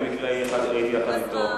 במקרה הייתי יחד אתו.